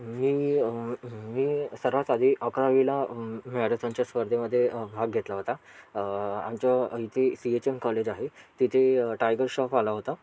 मी मी सर्वात आधी अकरावीला मॅरेथॉनच्या स्पर्धेमध्ये भाग घेतला होता अ आमच्या इथे सी एच एम कॉलेज आहे तिथे टायगर श्रॉफ आला होता